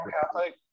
Catholic